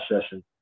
session